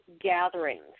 gatherings